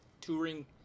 Touring